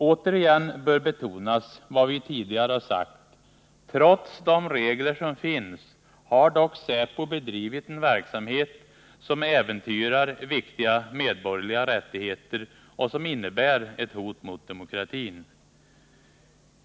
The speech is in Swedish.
Återigen bör betonas vad vi tidigare har sagt: Trots de regler som finns har dock säpo bedrivit en verksamhet som äventyrar viktiga medborgerliga rättigheter och som innebär ett hot mot demokratin.